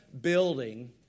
building